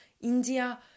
India